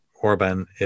Orban